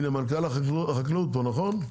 הנה מנכ"ל החקלאות פה נכון?